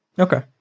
Okay